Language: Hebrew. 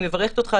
אני מברכת אותך,